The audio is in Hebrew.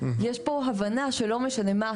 יש פה הבנה שלא משנה מה,